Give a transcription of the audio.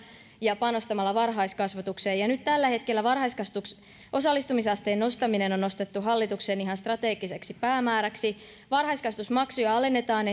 ja panostamalla varhaiskasvatukseen ja nyt tällä hetkellä varhaiskasvatuksen osallistumisasteen nostaminen on nostettu hallituksen ihan strategiseksi päämääräksi varhaiskasvatusmaksuja alennetaan